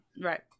right